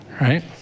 right